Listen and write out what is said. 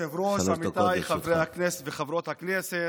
כבוד היושב-ראש, עמיתיי חברי וחברות הכנסת,